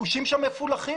הביקושים שם מפולחים